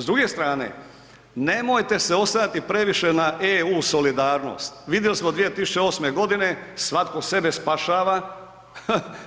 S druge strane, nemojte se oslanjati previše na eu solidarnost, vidjeli smo 2008. godine svatko sebe spašava,